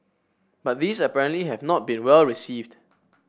but these apparently have not been well received